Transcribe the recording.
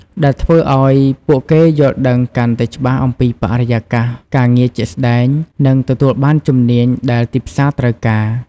ដែលធ្វើឱ្យពួកគេយល់ដឹងកាន់តែច្បាស់អំពីបរិយាកាសការងារជាក់ស្តែង និងទទួលបានជំនាញដែលទីផ្សារត្រូវការ។